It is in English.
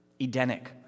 Edenic